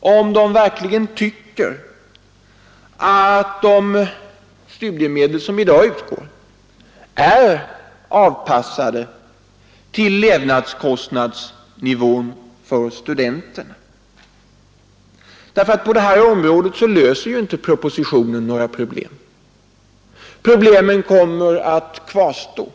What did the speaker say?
om man verkligen tycker att de studiemedel som i dag utgår är avpassade till levnadskostnadsnivån för studenterna; på detta område löser propositionen inte några problem utan de kommer att kvarstå.